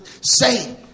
say